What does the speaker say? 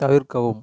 தவிர்க்கவும்